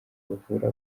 bavura